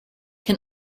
can